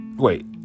wait